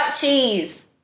cheese